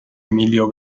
emilio